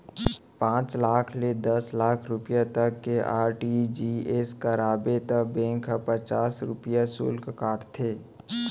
पॉंच लाख ले दस लाख रूपिया तक के आर.टी.जी.एस कराबे त बेंक ह पचास रूपिया सुल्क काटथे